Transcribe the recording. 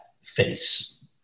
face